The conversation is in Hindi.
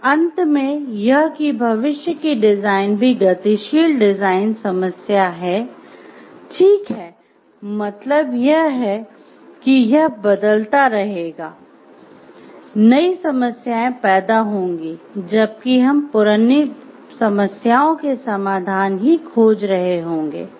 और अंत में यह कि भविष्य की डिजाइन भी गतिशील डिजाइन समस्या है ठीक हैं मतलब यह है कि यह बदलता रहेगा नई समस्याएं पैदा होंगी जबकि हम पुरानी समस्याओं के समाधान ही खोज रहे होंगे